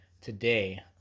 today